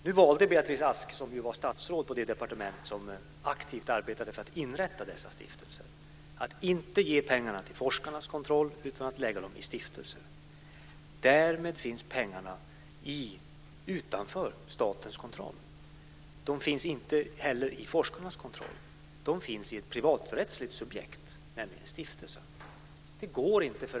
Nu valde Beatrice Ask, som ju var statsråd på det departement som aktivt arbetade för att inrätta dessa stiftelser, att inte ge pengarna till forskarnas kontroll utan i stället lägga dem i stiftelser. Pengarna finns därmed utanför statens kontroll. De finns inte heller i forskarnas kontroll utan i ett privaträttsligt subjekt, nämligen stiftelsen.